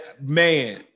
man